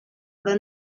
però